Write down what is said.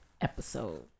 episode